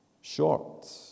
short